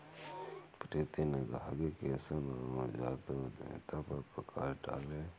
प्रीति ने कहा कि केशव नवजात उद्यमिता पर प्रकाश डालें